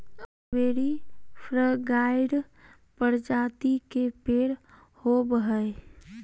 strawberry फ्रगार्य प्रजाति के पेड़ होव हई